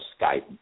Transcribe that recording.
Skype